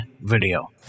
video